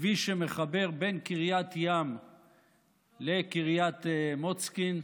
הכביש שמחבר בין קריית ים לקריית מוצקין,